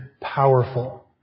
powerful